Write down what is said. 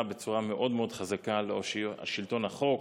בצורה מאוד מאוד חזקה על שלטון החוק,